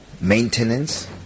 maintenance